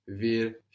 Wir